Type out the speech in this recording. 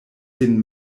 sin